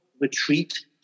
retreat